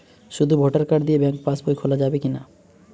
শুধু voter card দিয়ে bank pass বই খোলা যাবে কিনা?